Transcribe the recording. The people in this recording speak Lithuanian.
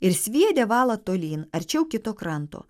ir sviedė valą tolyn arčiau kito kranto